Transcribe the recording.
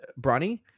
Bronny